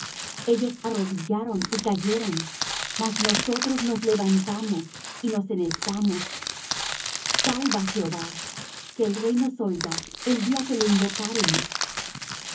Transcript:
ellos arrodillaron y cayeron mas nosotros nos levantamos y nos enhestamos salva jehová que el rey nos oiga el día que lo invocáremos